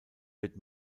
wird